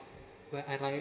where I like